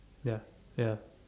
ya ya